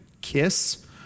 Kiss